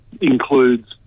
includes